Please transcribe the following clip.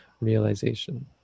realization